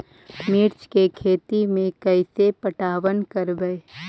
मिर्ची के खेति में कैसे पटवन करवय?